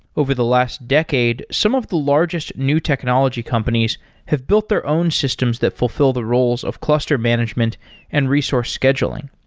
over the last decade, some of the largest new technology companies have built their own systems that fulfill the roles of cluster management and resource scheduling.